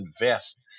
invest